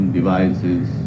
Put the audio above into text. Devices